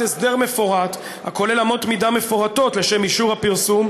הסדר מפורט הכולל אמות מידה מפורטות לשם אישור הפרסום,